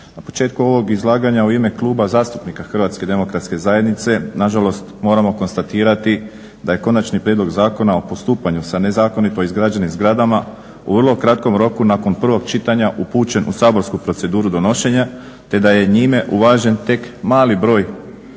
Na početku ovog izlaganja u ime Kluba zastupnika HDZ-a nažalost moramo konstatirati da je Konačni prijedlog zakona o postupanju s nezakonito izgrađenim zgradama u vrlo kratkom roku nakon prvog čitanja upućen u saborsku proceduru donošenja te da je njime uvažen tek mali broj